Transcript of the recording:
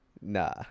Nah